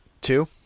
Two